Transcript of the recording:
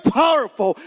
powerful